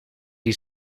die